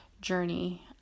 journey